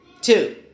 Two